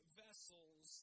vessels